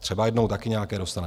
Třeba jednou taky nějaké dostanete.